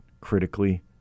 critically